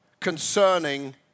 concerning